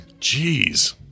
Jeez